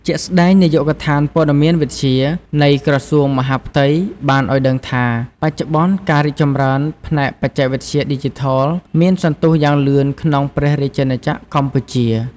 ជាក់ស្តែង នាយកដ្ឋានព័ត៌មានវិទ្យា នៃក្រសួងមហាផ្ទៃ បានឱ្យដឹងថា បច្ចុប្បន្នការរីកចម្រើនផ្នែកបច្ចេកវិទ្យាឌីជីថល មានសន្ទុះយ៉ាងលឿនក្នុងព្រះរាជាណាចក្រកម្ពុជា។